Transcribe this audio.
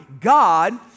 God